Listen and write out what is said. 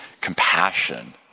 compassion